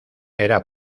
era